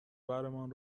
برمان